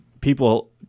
people